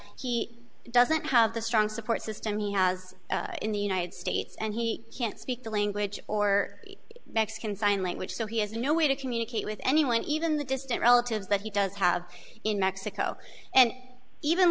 he doesn't have the strong support system he has in the united states and he can't speak the language or mexican sign language so he has no way to communicate with anyone even the distant relatives that he does have in mexico and even